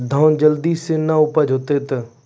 धान जल्दी से के ना उपज तो?